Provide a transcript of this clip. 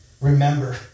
Remember